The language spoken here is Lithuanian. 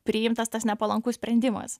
priimtas tas nepalankus sprendimas